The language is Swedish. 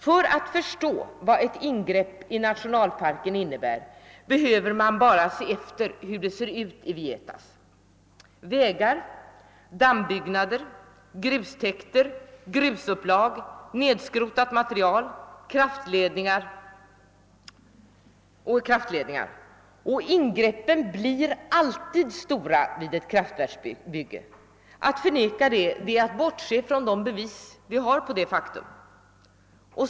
För att förstå vad ett ingrepp i nationalparken innebär, behöver man bara tänka på hur det ser ut i Vietas: vägar, dammbyggnader, grustäkter, grusupplag, nedskrotat material och kraftledningar. Och ingreppen blir alltid stora vid ett kraftverksbygge; att förneka det är att bortse från de bevis som finns.